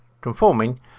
conforming